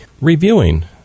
reviewing